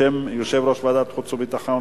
בשם יושב-ראש ועדת החוץ והביטחון,